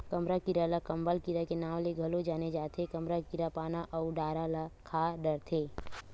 कमरा कीरा ल कंबल कीरा के नांव ले घलो जाने जाथे, कमरा कीरा पाना अउ डारा ल खा डरथे